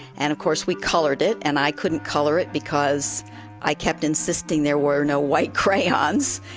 and of course, we colored it and i couldn't color it, because i kept insisting there were no white crayons.